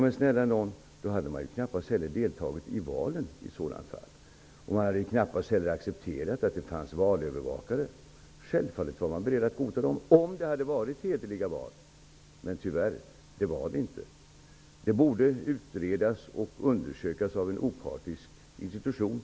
Men snälla nån: I sådant fall hade man knappast deltagit i valen! Man hade knappast heller accepterat att det fanns valövervakare. Självfallet var man beredd att godta valen om det hade varit hederliga val. Men det var det tyvärr inte. De borde utredas och undersökas av en opartisk institution.